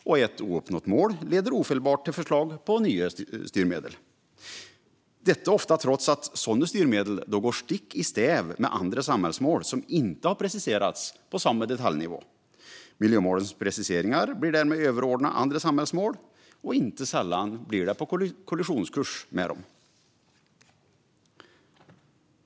Och ett ouppnått mål leder ofelbart till förslag på nya styrmedel, detta trots att sådana styrmedel ofta går stick i stäv med andra samhällsmål som inte har preciserats på samma detaljnivå. Miljömålens preciseringar blir därmed överordnade andra samhällsmål, och inte sällan på kollisionskurs med dem.